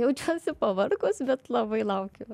jaučiuosi pavargus bet labai laukiu